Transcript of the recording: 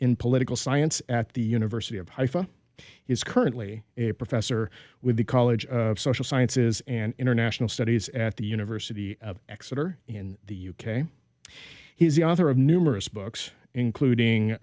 in political science at the university of haifa he is currently a professor with the college of social sciences and international studies at the university of exeter in the u k he's the author of numerous books including